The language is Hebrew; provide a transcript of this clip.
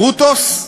ברוטוס?